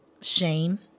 shame